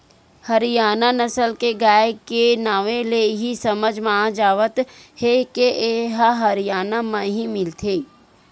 हरियाना नसल के गाय के नांवे ले ही समझ म आ जावत हे के ए ह हरयाना म ही मिलथे